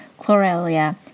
chlorelia